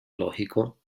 lógico